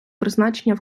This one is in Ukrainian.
призначення